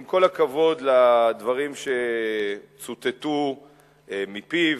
עם כל הכבוד לדברים שצוטטו מפיו,